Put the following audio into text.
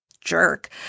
jerk